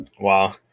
Wow